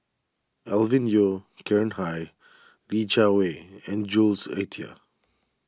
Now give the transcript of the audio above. Alvin Yeo Khirn Hai Li Jiawei and Jules Itier